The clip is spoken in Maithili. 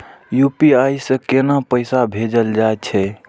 यू.पी.आई से केना पैसा भेजल जा छे?